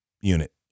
unit